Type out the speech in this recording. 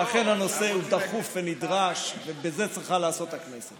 שאכן הנושא הוא דחוף ונדרש ובזה צריכה לעסוק הכנסת,